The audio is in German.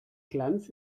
glanz